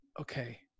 okay